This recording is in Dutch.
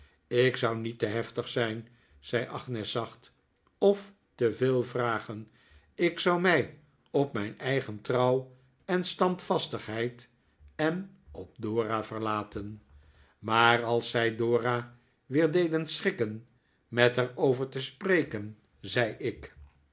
ik zou niet te heftig zijn zei agnes zacht of te veel vragen ik zou mij op mijn eigen trouw en standvastigheid en op dora verlaten maar als zij dora weer deden schrikken met er over te spreken zei ik